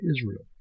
Israel